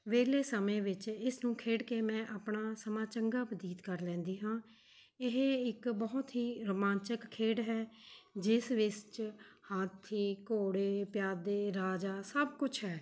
ਵੇਹਲੇ ਸਮੇਂ ਵਿੱਚ ਇਸ ਨੂੰ ਖੇਡ ਕੇ ਮੈਂ ਆਪਣਾ ਸਮਾਂ ਚੰਗਾ ਬਤੀਤ ਕਰ ਲੈਂਦੀ ਹਾਂ ਇਹ ਇੱਕ ਬਹੁਤ ਹੀ ਰੋਮਾਂਚਕ ਖੇਡ ਹੈ ਜਿਸ ਵਿੱਚ ਹਾਥੀ ਘੋੜੇ ਪਿਆਦੇ ਰਾਜਾ ਸਭ ਕੁਝ ਹੈ